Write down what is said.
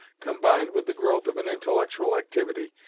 combined with the growth of an intellectual activity,